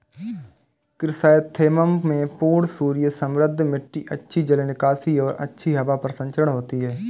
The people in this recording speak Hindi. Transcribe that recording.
क्रिसैंथेमम में पूर्ण सूर्य समृद्ध मिट्टी अच्छी जल निकासी और अच्छी हवा परिसंचरण होती है